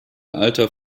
alter